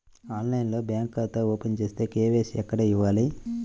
ఆన్లైన్లో బ్యాంకు ఖాతా ఓపెన్ చేస్తే, కే.వై.సి ఎక్కడ ఇవ్వాలి?